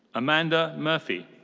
amanda murphy.